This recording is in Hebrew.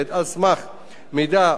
מידע מלא ומהימן,